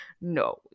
No